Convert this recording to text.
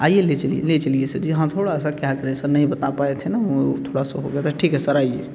आइए ले चलिए ले चलिए सर जी हाँ थोड़ा सा क्या करें सर नहीं बता पाए थे ना उ थोड़ा सा हो गया था ठीक है सर आइए